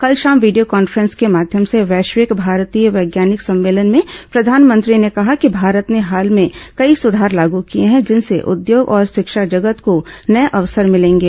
कल शाम video conference के माध्यम से वैश्विक भारतीय वैज्ञानिक सम्मेलन में प्रधानमंत्री ने कहा कि भारत ने हाल में कई सुधार लागू किए हैं जिनसे उद्योग और शिक्षा जगत को नए अवसर मिलेंगे